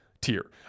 tier